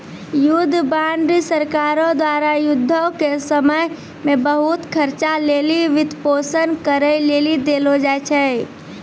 युद्ध बांड सरकारो द्वारा युद्धो के समय मे बहुते खर्चा लेली वित्तपोषन करै लेली देलो जाय छै